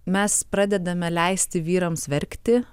mes pradedame leisti vyrams verkti